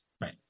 Right